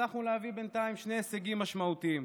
והצלחנו להביא בינתיים שני הישגים משמעותיים.